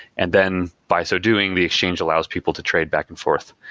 and then, by so doing, the exchange allows people to trade back and forth.